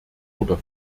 oder